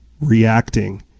reacting